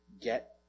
get